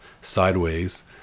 sideways